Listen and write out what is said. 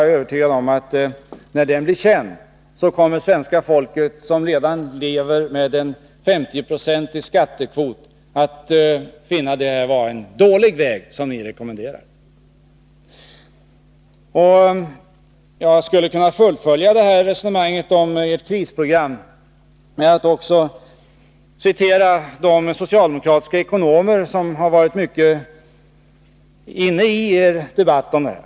När det blir känt är jag övertygad om att svenska folket — som redan lever med en 50-procentig skattekvot — kommer att finna att det är en dålig väg ni rekommenderar. Jag skulle kunna fullfölja resonemanget om ert krisprogram med att också citera de socialdemokratiska ekonomer som har varit mycket aktiva i er debatt om det här.